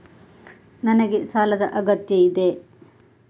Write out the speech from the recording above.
ನನಗೆ ಸಾಲದ ಅಗತ್ಯ ಇದೆ?